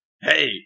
Hey